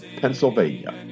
Pennsylvania